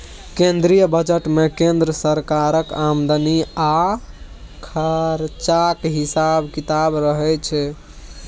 केंद्रीय बजट मे केंद्र सरकारक आमदनी आ खरचाक हिसाब किताब रहय छै